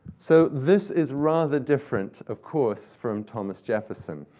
so this is rather different, of course, from thomas jefferson.